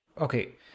Okay